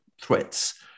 threats